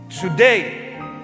today